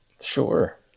sure